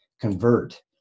convert